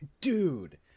dude